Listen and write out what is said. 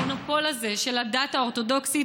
המונופול הזה של הדת האורתודוקסית,